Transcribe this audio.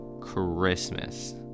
Christmas